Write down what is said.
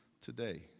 today